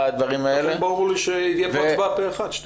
לכן ברור לי שתהיה פה הצבעה פה אחד.